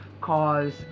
cause